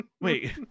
Wait